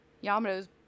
Yamato's